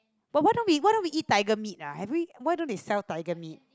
but what do we what do we eat tiger meat ah have we why do they sell tiger meat